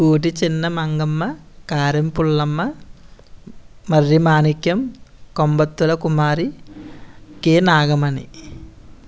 Kooti Chinna Mangamma Karem Pullamma Marri Manikyam Kombathula Kumari K Nagamani